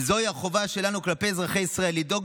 וזוהי החובה שלנו כלפי אזרחי ישראל לדאוג